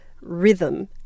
rhythm